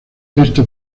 esto